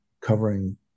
covering